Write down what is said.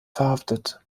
verhaftet